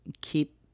keep